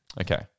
okay